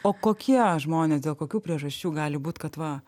o kokie žmonės dėl kokių priežasčių gali būt kad va